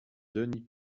denis